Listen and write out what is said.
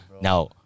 Now